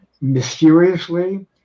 mysteriously